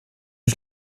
que